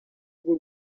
bw’u